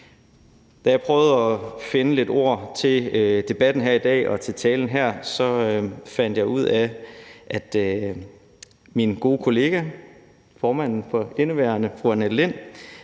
Da jeg prøvede at finde lidt ord til debatten her i dag og til talen her, fandt jeg ud af, at min gode kollega, som for indeværende er formand, fru Annette Lind,